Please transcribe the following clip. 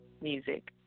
music